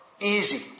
easy